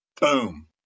boom